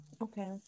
Okay